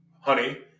honey